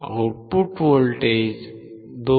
output voltage 2